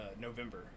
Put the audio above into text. November